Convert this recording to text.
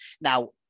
Now